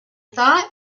thought